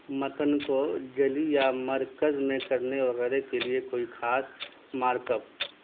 متن کو جلی یا مرکز میں کرنے وغیرہ کے لیے کوئی خاص مارک اپ